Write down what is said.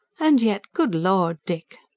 and yet good lord, dick!